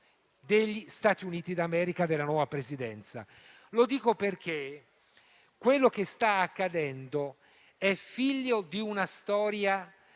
degli Stati Uniti d'America e della nuova presidenza Biden. Dico ciò perché quello che sta accadendo è figlio di una storia